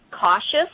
cautious